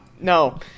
no